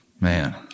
Man